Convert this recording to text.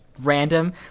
random